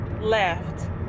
left